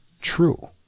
true